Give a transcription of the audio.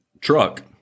truck